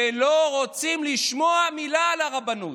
ולא רוצים לשמוע מילה על הרבנות.